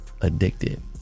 Addicted